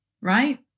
Right